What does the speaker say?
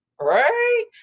right